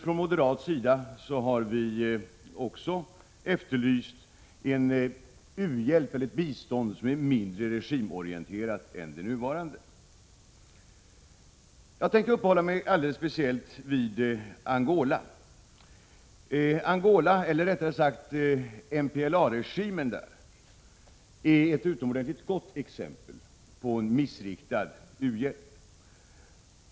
Från moderat sida har vi också efterlyst ett bistånd som är mindre regimorienterat än det nuvarande. Jag tänker uppehålla mig alldeles speciellt vid Angola. Angola — eller rättare sagt MPLA-regimen där — är ett utomordenligt gott exempel på en missriktad u-hjälp.